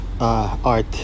art